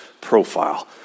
profile